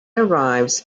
arrives